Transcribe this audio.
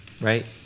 Right